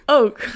ook